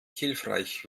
hilfreich